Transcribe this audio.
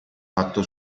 fatto